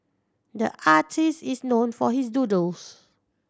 the artist is known for his doodles